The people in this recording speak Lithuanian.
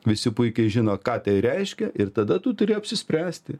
visi puikiai žino ką tai reiškia ir tada tu turi apsispręsti